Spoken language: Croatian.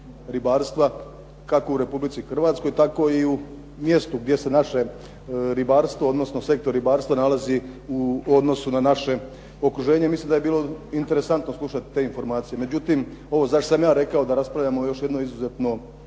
kako u Republici Hrvatskoj tako i u mjestu gdje se naše ribarstvo, odnosno sektor ribarstva nalazi u odnosu na naše okruženje. I mislim da je bili interesantno slušati te informacije. Međutim, ovo zašto sam ja rekao da raspravljamo o još jednoj izuzetno